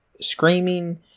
screaming